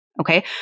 okay